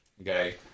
Okay